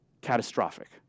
catastrophic